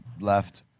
left